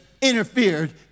interfered